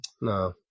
No